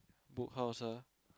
Book House ah